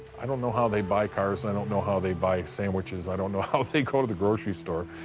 i don't know how they buy cars, i don't know how they buy sandwiches, i don't know how they go to the grocery store.